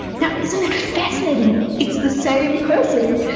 now, isn't it fascinating. it's the same person,